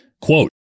quote